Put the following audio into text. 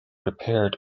repaired